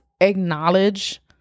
acknowledge